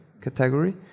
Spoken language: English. category